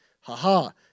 Ha-ha